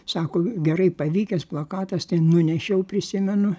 sako gerai pavykęs plakatas tai nunešiau prisimenu